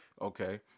okay